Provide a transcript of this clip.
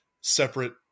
separate